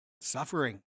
Suffering